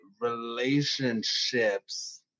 relationships